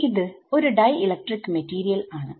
ഇത് ഒരു dielectric material ആണ്